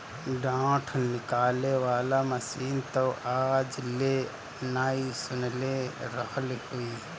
डाँठ निकाले वाला मशीन तअ आज ले नाइ सुनले रहलि हई